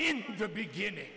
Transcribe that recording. in the beginning